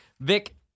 Vic